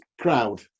crowd